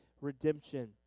redemption